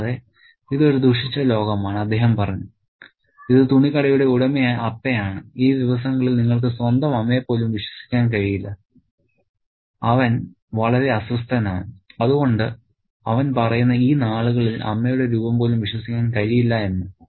കൂടാതെ ഇത് ഒരു ദുഷിച്ച ലോകമാണ് അദ്ദേഹം പറഞ്ഞു ഇത് തുണിക്കടയുടെ ഉടമയായ അപ്പയാണ് ഈ ദിവസങ്ങളിൽ നിങ്ങൾക്ക് സ്വന്തം അമ്മയെ പോലും വിശ്വസിക്കാൻ കഴിയില്ല അവൻ വളരെ അസ്വസ്ഥനാണ് അതുകൊണ്ട് അവൻ പറയുന്നു ഈ നാളുകളിൽ അമ്മയുടെ രൂപം പോലും വിശ്വസിക്കാൻ കഴിയില്ല എന്ന്